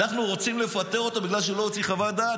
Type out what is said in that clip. אנחנו רוצים לפטר אותו בגלל שהוא לא הוציא חוות דעת.